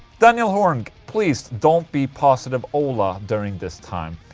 daniel horng please don't be positive ola during this time.